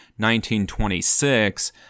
1926